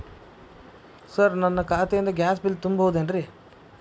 Sir ನನ್ನ ಖಾತೆಯಿಂದ gas bill ತುಂಬಹುದೇನ್ರಿ?